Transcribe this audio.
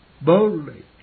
boldly